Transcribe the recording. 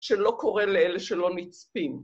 ‫שלא קורה לאלה שלא נצפים.